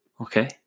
Okay